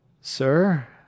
Sir